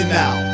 now